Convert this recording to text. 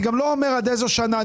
אני גם לא אומר עד איזו שנה.